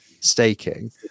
staking